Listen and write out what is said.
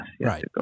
Right